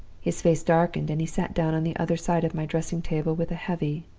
his, face darkened, and he sat down on the other side of my dressing-table, with a heavy,